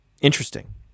Interesting